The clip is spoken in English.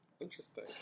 Interesting